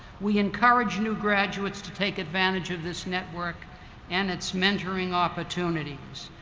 we encourage new graduates to take advantage of this network and its mentoring opportunities.